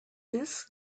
this